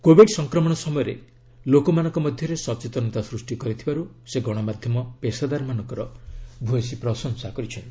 covid ସଂକ୍ରମଣ ସମୟରେ ଲୋକମାନଙ୍କ ମଧ୍ୟରେ ସଚେତନତା ସ୍ପଷ୍ଟି କରିଥିବାରୁ ସେ ଗଣମାଧ୍ୟମ ପେଶାଦାରମାନଙ୍କର ଭୂୟସୀ ପ୍ରଶଂସା କରିଛନ୍ତି